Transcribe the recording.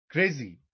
Crazy